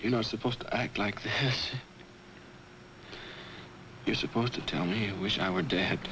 you know it's supposed to act like this you're supposed to tell me you wish i were dead